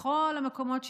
בכל המקומות שהזכרת,